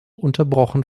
unterbrochen